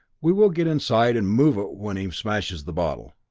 we will get inside and move it when he smashes the bottle.